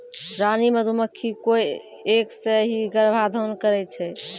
रानी मधुमक्खी कोय एक सें ही गर्भाधान करै छै